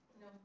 No